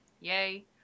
Yay